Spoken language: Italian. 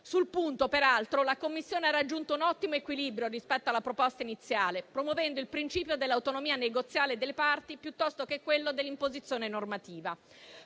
Sul punto, peraltro, la Commissione ha raggiunto un ottimo equilibrio rispetto alla proposta iniziale, promuovendo il principio dell'autonomia negoziale delle parti piuttosto che quello dell'imposizione normativa.